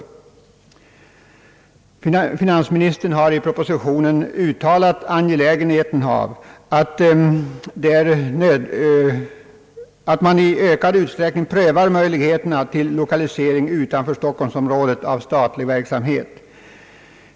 Finansministern har i propositionen framhållit angelägenheten av att man i ökad utsträckning prövar möjligheterna att lokalisera statlig verksamhet utanför stockholmsregionen.